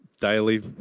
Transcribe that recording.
daily